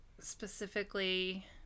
specifically